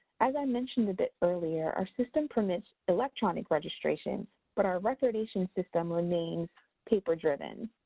as i mentioned a bit earlier, our system permits electronic registration but our recordation system remains paper driven.